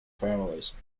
families